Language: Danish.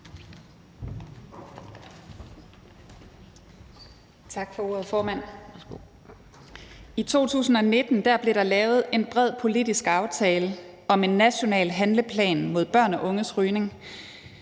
Tak for ordet, formand. I 2019 blev der lavet en bred politisk aftale om en national handleplan mod børn og unges rygning.